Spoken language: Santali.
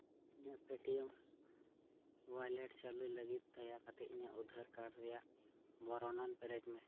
ᱤᱧᱟᱹᱜ ᱯᱮᱴᱤᱭᱮᱢ ᱚᱣᱟᱞᱮᱹᱴ ᱪᱟᱹᱞᱩᱭ ᱞᱟᱹᱜᱤᱫ ᱛᱮ ᱫᱟᱭᱟ ᱠᱟᱛᱮᱫ ᱤᱧᱟᱹᱜ ᱟᱫᱷᱟᱨ ᱠᱟᱨᱰ ᱨᱮᱭᱟᱜ ᱵᱚᱨᱚᱱᱚᱱ ᱯᱮᱨᱮᱡᱽ ᱢᱮ